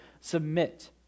Submit